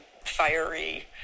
fiery